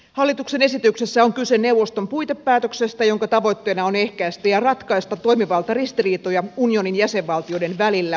hallituksen esityksessä on kyse neuvoston puitepäätöksestä jonka tavoitteena on ehkäistä ja ratkaista toimivaltaristiriitoja unionin jäsenvaltioiden välillä rikosoikeudellisissa menettelyissä